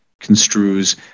construes